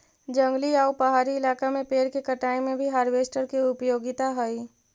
जंगली आउ पहाड़ी इलाका में पेड़ के कटाई में भी हार्वेस्टर के उपयोगिता हई